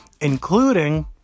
Including